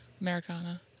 Americana